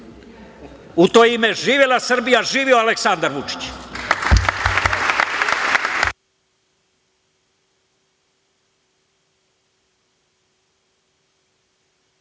U to ime, živela Srbija, živeo Aleksandar Vučić!